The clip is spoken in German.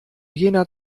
jener